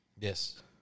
Yes